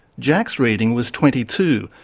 jack's reading was twenty two,